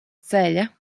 ceļa